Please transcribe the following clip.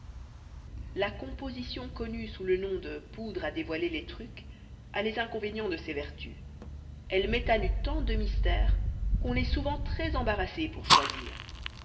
la composition connue sous le nom de poudre à dévoiler les trucs a les inconvénients de ses vertus elle met à nu tant de mystères qu'on est souvent très embarrassé pour choisir